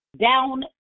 down